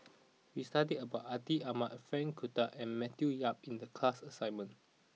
we studied about Atin Amat Frank Cloutier and Matthew Yap in the class assignment